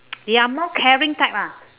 they are more caring type ah